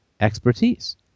expertise